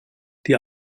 die